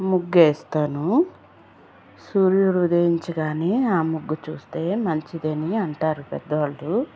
ముగ్గేస్తాను సూర్యుడు ఉదయించగానే ఆ ముగ్గు చూస్తే మంచిదని అంటారు పెద్దవాళ్ళు